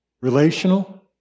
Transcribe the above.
Relational